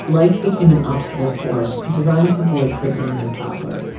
life became an obstacle course designed to avoid triggering their toddler.